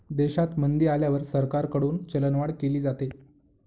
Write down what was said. देशात मंदी आल्यावर सरकारकडून चलनवाढ केली जाते